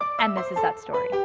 and this is that story.